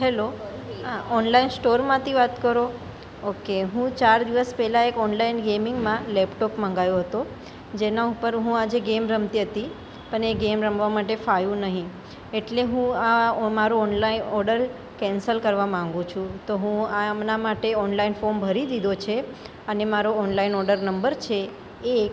hello online સ્ટોરમાંથી વાત કરો ઓકે હું ચાર દિવસ પહેલાં એક ઓનલાઈન ગેમિંગમાં લેપટોપ મંગાવ્યું હતું જેના ઉપર હું આજે ગેમ રમતી હતી પણ એ ગેમ રમવા માટે ફાવ્યુ નહીં એટલે હું આ ઓ મારું ઓનલાઈન ઓડર કેન્સલ કરવા માંગુ છું તો હું આના માટે ઓનલાઈન ફોમ ભરી દીધું છે અને મારો ઓનલાઈન ઓડર નંબર છે એક